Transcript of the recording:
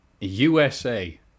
USA